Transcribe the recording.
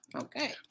Okay